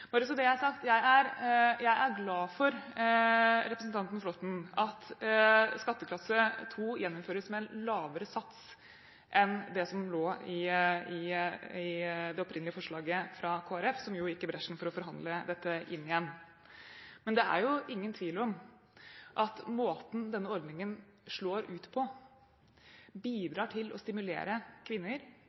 Bare så det er sagt, jeg er glad for at skatteklasse 2 gjennomføres med en lavere sats enn det som lå i det opprinnelige forslaget fra Kristelig Folkeparti, som gikk i bresjen for å forhandle dette inn igjen. Men det er ingen tvil om at måten denne ordningen slår ut på, bidrar til å stimulere kvinner